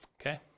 okay